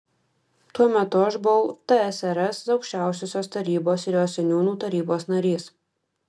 tuo metu aš buvau tsrs aukščiausiosios tarybos ir jos seniūnų tarybos narys